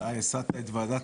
אתה השגת את וועדת